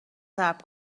صبر